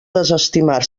desestimar